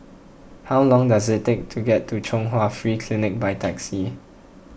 how long does it take to get to Chung Hwa Free Clinic by taxi